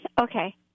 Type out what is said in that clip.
okay